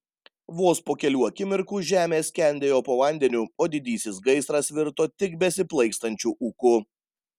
vos po kelių akimirkų žemė skendėjo po vandeniu o didysis gaisras virto tik besiplaikstančiu ūku